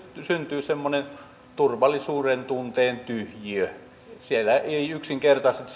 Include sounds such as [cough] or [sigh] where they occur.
syntyy semmoinen turvallisuudentunteen tyhjiö sinne ei yksinkertaisesti [unintelligible]